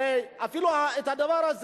הרי אפילו הדבר הזה,